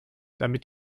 damit